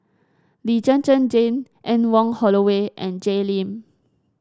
Lee Zhen Zhen Jane Anne Wong Holloway and Jay Lim